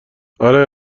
آره